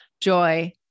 joy